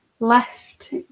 left